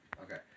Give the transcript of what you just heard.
Okay